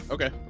Okay